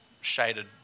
shaded